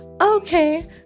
Okay